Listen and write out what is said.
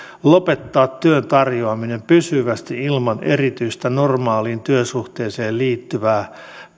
lopettaa työn tarjoaminen pysyvästi ilman erityistä normaaliin työsuhteeseen liittyvää